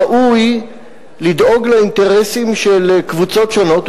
ראוי לדאוג לאינטרסים של קבוצות שונות,